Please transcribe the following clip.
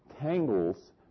tangles